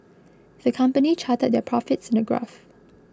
the company charted their profits in a graph